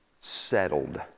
Settled